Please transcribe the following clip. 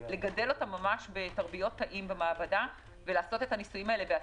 לגדל אותם ממש בתרביות תאים במעבדה ולעשות את הניסויים האלה בעצמנו.